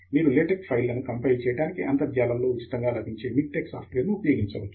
మీరు లేటెక్ ఫైల్లను కంపైల్ చేయడానికి అంతర్జాలము లో ఉచితంగా లభించే మిక్టెక్స్ సాఫ్ట్వేర్ ను ఉపయోగించవచ్చు